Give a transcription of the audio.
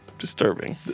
disturbing